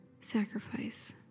sacrifice